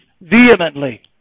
vehemently